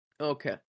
Okay